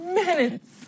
minutes